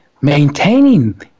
maintaining